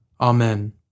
Amen